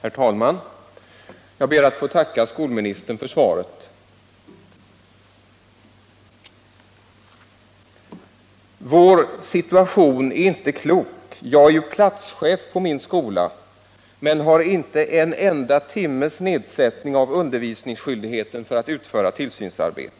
Herr talman! Jag ber att få tacka skolministern för svaret. ”Väår situation är inte klok. Jag är ju platschef på min skola, men har inte en enda timmes nedsättning av undervisningsskyldigheten för att utföra tillsynsarbetet.